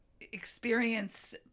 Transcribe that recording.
experience